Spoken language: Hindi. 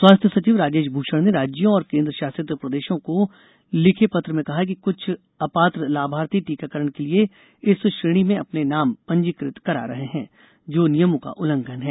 स्वास्थ्य सचिव राजेश भूषण ने राज्यों और केंद्र शासित प्रदेशों को लिखे पत्र में कहा है कि कुछ अपात्र लाभार्थी टीकाकरण के लिए इस श्रेणी में अपने नाम पंजीकृत करा रहे हैं जो नियमों का उल्लंघन है